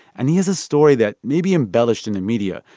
and he has a story that may be embellished in the media.